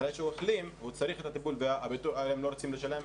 אחרי שהוא החלים והוא צריך את הטיפול והם לא רוצים לשלם,